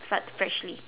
start freshly